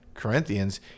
Corinthians